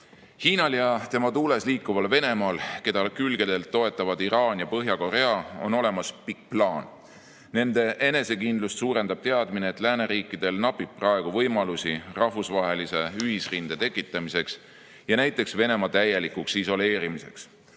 juhid."Hiinal ja tema tuules liikuval Venemaal, keda külgedelt toetavad Iraan ja Põhja-Korea, on olemas pikk plaan. Nende enesekindlust suurendab teadmine, et lääneriikidel napib praegu võimalusi rahvusvahelise ühisrinde tekitamiseks ja näiteks Venemaa täielikuks isoleerimiseks.